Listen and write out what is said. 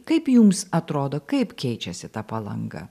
kaip jums atrodo kaip keičiasi ta palanga